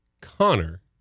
connor